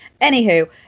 Anywho